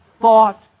thought